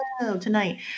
tonight